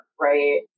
right